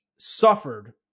suffered